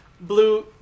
blue